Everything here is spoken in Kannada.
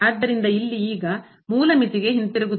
ಆದ್ದರಿಂದ ಇಲ್ಲಿ ಈಗ ಮೂಲ ಮಿತಿಗೆ ಹಿಂತಿರುಗುತ್ತೇವೆ